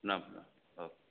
प्रणाम प्रणाम आउ